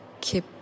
keep